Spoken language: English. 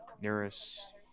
nearest